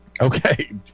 Okay